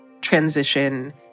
transition